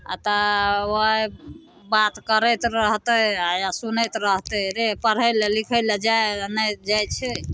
आओर तऽ ओहि बात करैत रहतै आओर या सुनैत रहतै रे पढ़ैलए लिखैलए जाए नहि जाए छै